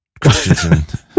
Christensen